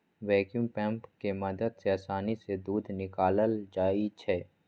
vacuum pump के मदद से आसानी से दूध निकाकलल जाइ छै